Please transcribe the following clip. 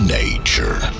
nature